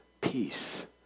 peace